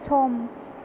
सम